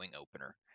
opener